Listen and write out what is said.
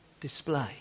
display